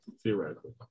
Theoretically